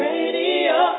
Radio